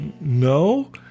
no